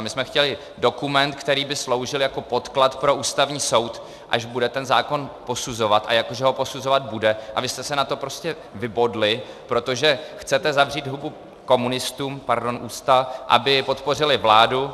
My jsme chtěli dokument, který by sloužil jako podklad pro Ústavní soud, až bude ten zákon posuzovat, a jako že ho posuzovat bude, a vy jste se na to prostě vybodli, protože chcete zavřít hubu komunistům pardon, ústa , aby podpořili vládu.